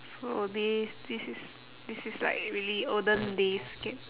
so this this is this is like really olden days game